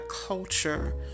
culture